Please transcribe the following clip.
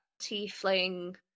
Tiefling